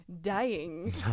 dying